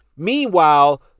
Meanwhile